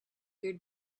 your